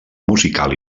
musical